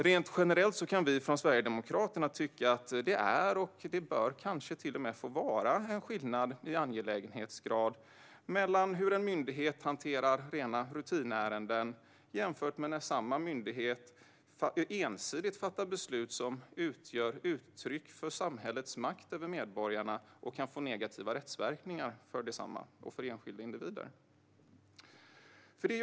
Rent generellt kan vi från Sverigedemokraterna tycka att det är och kanske till och med bör få vara en skillnad i angelägenhetsgrad mellan när en myndighet hanterar rena rutinärenden och när samma myndighet ensidigt fattar beslut som utgör uttryck för samhällets makt över medborgarna och kan få negativa rättsverkningar för desamma och för enskilda individer.